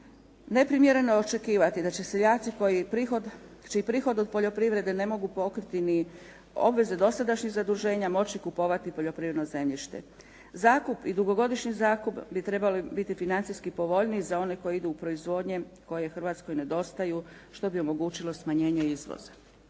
Neprimjereno je očekivani da će seljaci čiji prihod od poljoprivrede ne mogu pokriti ni obveze dosadašnjih zaduženja moći kupovati poljoprivredno zemljište. Zakup i dugogodišnji zakup bi trebali biti financijski povoljniji za one koji idu u proizvodnje koje Hrvatskoj nedostaju što bi omogućilo smanjenje izvoza,